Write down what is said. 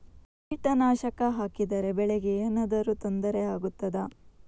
ಕೀಟನಾಶಕ ಹಾಕಿದರೆ ಬೆಳೆಗೆ ಏನಾದರೂ ತೊಂದರೆ ಆಗುತ್ತದಾ?